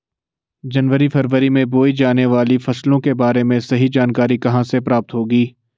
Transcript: जनवरी फरवरी में बोई जाने वाली फसलों के बारे में सही जानकारी कहाँ से प्राप्त होगी?